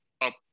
up